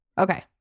Okay